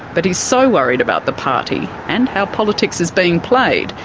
but he's so worried about the party, and how politics is being played,